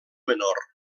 menor